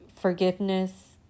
forgiveness